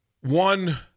One